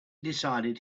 decided